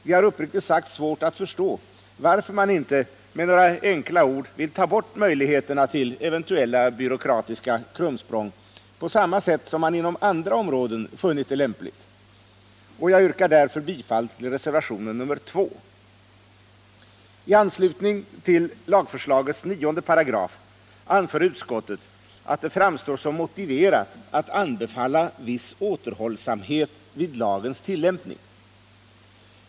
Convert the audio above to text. Vi har uppriktigt sagt svårt att förstå varför man inte med några enkla ord vill ta bort möjligheterna för eventuella byråkratiska krumsprång på samma sätt som man inom andra områden funnit det lämpligt. Jag yrkar därför bifall till reservationen 2. I anslutning till lagförslagets 9 § anför utskottet att det framstår som motiverat att anbefalla viss återhållsamhet med lagens tillämpning.